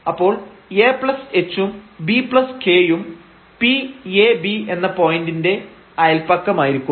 അപ്പോൾ ah ഉം bk യും P ab എന്ന പോയന്റിന്റെ അയല്പക്കമായിരിക്കും